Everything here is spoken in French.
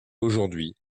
aujourd’hui